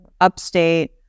upstate